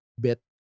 bit